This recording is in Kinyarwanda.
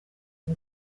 ubu